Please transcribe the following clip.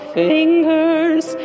fingers